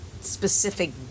specific